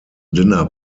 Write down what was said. dinner